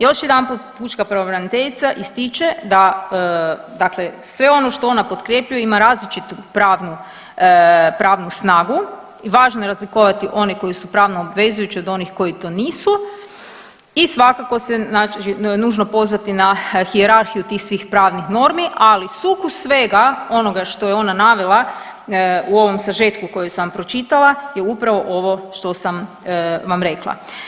Još jedanput, pučka pravobraniteljica ističe da dakle sve ono što ona potkrjepljuje ima različitu pravnu snagu, važno je razlikovati one koje su pravno obvezujuće od onih koji to nisu i svakako se nužno pozvati na hijerarhiju tih svih pravnih normi, ali sukus svega onoga što je ona navela u ovom sažetku koji sam vam pročitala je upravo ovo što sam vam rekla.